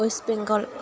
अवेस्ट Bengal